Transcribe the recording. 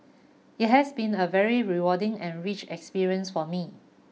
it has been a very rewarding and rich experience for me